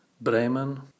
Bremen